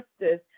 justice